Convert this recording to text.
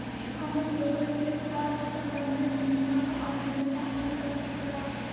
हमन लोगन के स्वास्थ्य संबंधित बिमा का आवेदन ऑनलाइन कर सकेला?